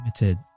limited